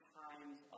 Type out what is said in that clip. times